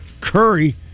Curry